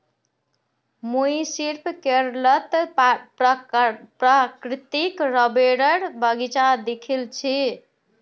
मुई सिर्फ केरलत प्राकृतिक रबरेर बगीचा दखिल छि